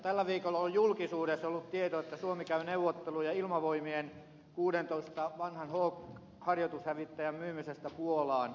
tällä viikolla on julkisuudessa ollut tieto että suomi käy neuvotteluja ilmavoimien kuudentoista vanhan hawk harjoitushävittäjän myymisestä puolaan